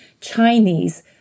Chinese